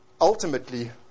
ultimately